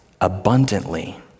abundantly